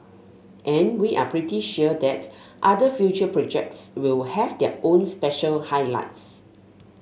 and we are pretty sure that other future projects will have their own special highlights